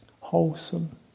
wholesome